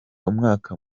umwaka